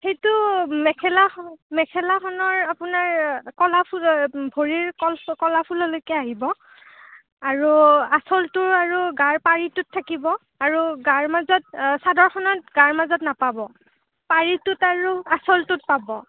সেইটো মেখেলা মেখেলাখনৰ আপোনাৰ কলাফুলৰ ভৰিৰ কল কলাফুললৈকে আহিব আৰু আঁচলটো আৰু গাৰ পাৰিটোত থাকিব আৰু গাৰ মাজত চাদৰখনত গাৰ মাজত নাপাব পাৰিটোত আৰু আঁচলটোত পাব